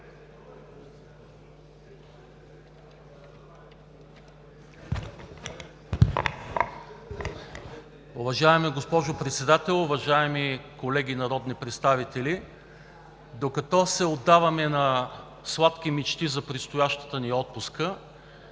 Уважаема госпожо Председател, уважаеми колеги народни представители! Докато се отдаваме на сладки мечти за предстоящата ни отпуска